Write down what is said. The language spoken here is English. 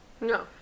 No